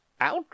out